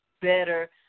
better